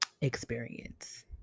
experience